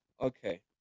okay